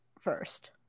first